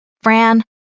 Fran